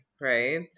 right